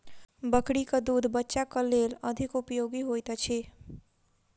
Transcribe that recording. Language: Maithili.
बकरीक दूध बच्चाक लेल अधिक उपयोगी होइत अछि